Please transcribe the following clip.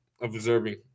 observing